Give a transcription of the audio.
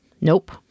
Nope